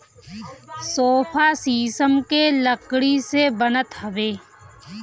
sofa शीशम के लकड़ी से बनत हवे